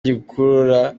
gikurura